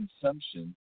consumption